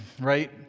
right